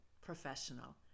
professional